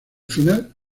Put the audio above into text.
final